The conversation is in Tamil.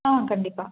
ஆ கண்டிப்பாக